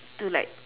to like